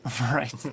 Right